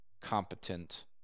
competent